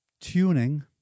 tuning